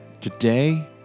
Today